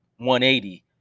180